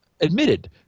admitted